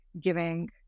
giving